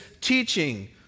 teaching